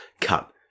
cut